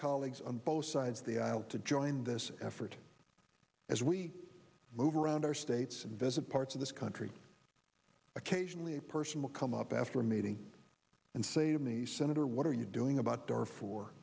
colleagues on both sides of the aisle to join this effort as we move around our states and visit parts of this country occasionally a person will come up after meeting and say to me senator what are you doing about